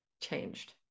changed